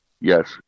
Yes